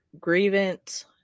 grievance